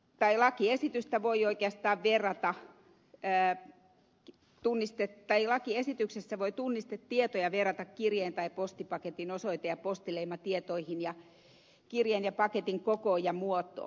päiväkiesitystä voi oikeastaan vieraita totesikin lakiesityksen tarkoittamia tunnistetietoja voi verrata kirjeen tai postipaketin osoite ja postileimatietoihin ja kirjeen ja paketin kokoon ja muotoon